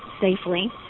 safely